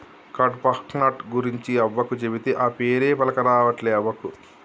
కడ్పాహ్నట్ గురించి అవ్వకు చెబితే, ఆ పేరే పల్కరావట్లే అవ్వకు